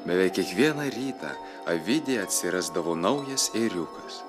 beveik kiekvieną rytą avidėj atsirasdavo naujas ėriukas